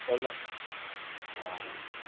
उन हा